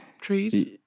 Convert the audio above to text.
trees